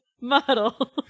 model